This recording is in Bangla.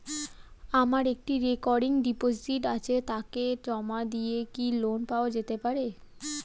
আমার একটি রেকরিং ডিপোজিট আছে তাকে জমা দিয়ে কি লোন পাওয়া যেতে পারে?